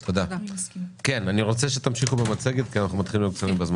אני רוצה שתמשיכו במצגת כי הזמן שלנו קצר.